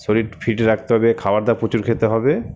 শরীর ফিট রাখতে হবে খাবারটা প্রচুর খেতে হবে